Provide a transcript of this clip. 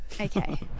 Okay